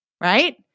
Right